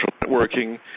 networking